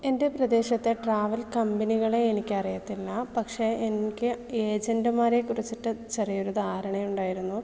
എൻ്റെ പ്രദേശത്തെ ട്രാവൽ കമ്പനികളെ എനിക്ക് അറിയത്തില്ല പക്ഷേ എനിക്ക് ഏജന്റുമാരെ കുറിച്ചിട്ട് ചെറിയൊരു ധാരണയുണ്ടായിരുന്നു